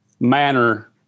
manner